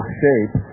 shape